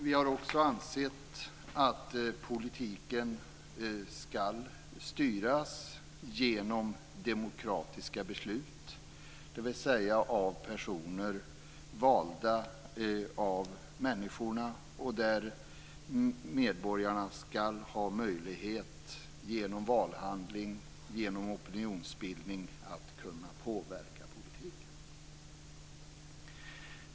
Vi har också ansett att politiken skall styras genom demokratiska beslut, dvs. av personer valda av människorna. Medborgarna skall ha möjlighet - genom valhandling, genom opinionsbildning - att kunna påverka politiken.